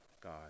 God